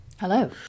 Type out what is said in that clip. hello